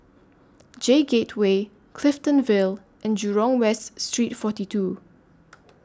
J Gateway Clifton Vale and Jurong West Street forty two